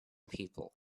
people